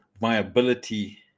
viability